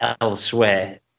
elsewhere